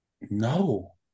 No